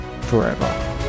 forever